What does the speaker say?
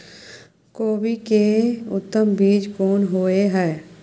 कोबी के उत्तम बीज कोन होय है?